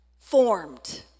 formed